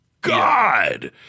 god